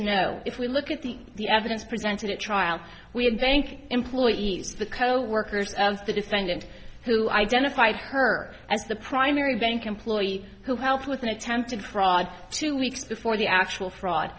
no if we look at the evidence presented at trial we thank employees the coworkers of the defendant who identified her as the primary bank employee who helped with an attempted fraud two weeks before the actual fraud